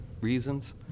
reasons